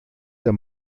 der